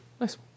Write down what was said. Nice